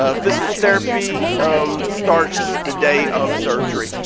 ah physical therapy um starts the day of surgery.